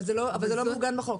אבל זה לא מעוגן בחוק.